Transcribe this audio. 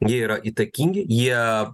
jie yra įtakingi jie